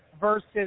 versus